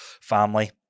family